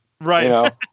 Right